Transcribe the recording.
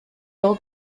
old